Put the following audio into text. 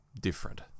different